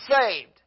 saved